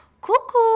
cuckoo